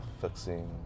fixing